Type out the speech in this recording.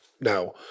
now